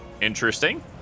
Interesting